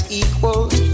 equals